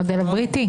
המודל הבריטי?